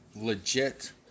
Legit